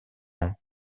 nom